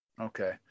Okay